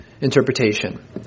interpretation